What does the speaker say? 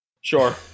Sure